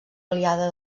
aliada